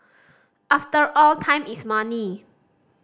after all time is money